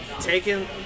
Taking